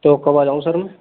तो कब आ जाऊँ सर मैं